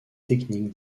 techniques